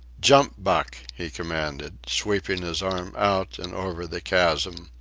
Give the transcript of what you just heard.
jump, buck! he commanded, sweeping his arm out and over the chasm.